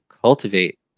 cultivate